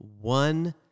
one